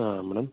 ಹಾಂ ಮೇಡಮ್